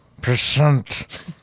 Percent